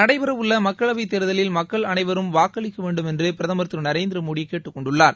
நடைபெற உள்ள மக்களவை தேர்தலில் மக்கள் அனைவரும் வாக்களிக்க வேண்டுமென்று பிரதமர் திரு நரேந்திர மோடி கேட்டுக்கொண்டுள்ளார்